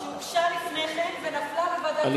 שהוגשה לפני כן ונפלה בוועדת שרים לחקיקה.